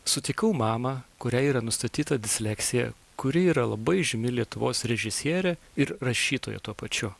sutikau mamą kuriai yra nustatyta disleksija kuri yra labai žymi lietuvos režisierė ir rašytoja tuo pačiu